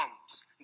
comes